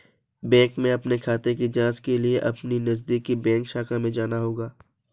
bank में अपने खाते की जांच के लिए अपको नजदीकी बैंक शाखा में जाना होगा